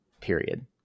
period